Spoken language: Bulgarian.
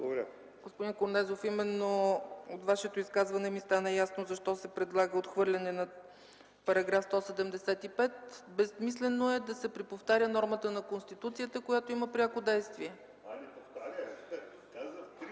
Господин Корнезов, именно от Вашето изказване ми стана ясно защо се предлага отхвърлянето на § 175. Безсмислено е да се повтаря нормата на Конституцията, която има пряко действие. ЛЮБЕН КОРНЕЗОВ (КБ, встрани